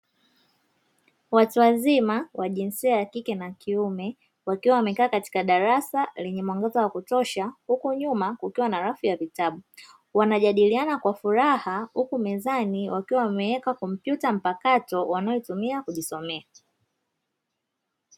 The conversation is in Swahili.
Watu wazima wa jinsia ya kike na kiume wakiwa wamekaa katika darasa lenye mwangaza wa kutosha, huku nyuma kukiwa na rafu ya vitabu, wanajadiliana kwa furaha huku nyuma wameweka kompyuta mpakato wanayotumia kujisomea.